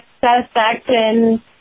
satisfaction